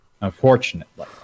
unfortunately